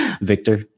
Victor